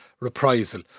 reprisal